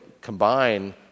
combine